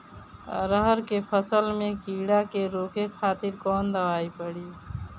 अरहर के फसल में कीड़ा के रोके खातिर कौन दवाई पड़ी?